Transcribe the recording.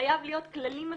חייבים להיות כללים מפורשים.